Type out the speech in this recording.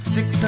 Six